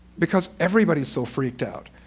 because everybody's so freaked out.